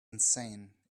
insane